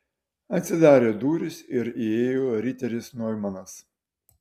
atsidarė durys ir įėjo riteris noimanas